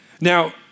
Now